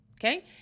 okay